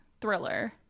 thriller